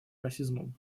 расизмом